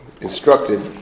instructed